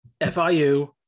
FIU